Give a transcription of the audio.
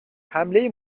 حمله